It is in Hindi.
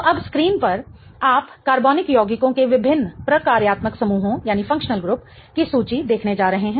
तो अब स्क्रीन पर आप कार्बनिक यौगिकों के विभिन्न प्रकार्यात्मक समूहों की सूची देखने जा रहे हैं